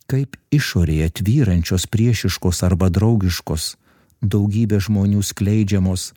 kaip išorėje tvyrančios priešiškos arba draugiškos daugybę žmonių skleidžiamos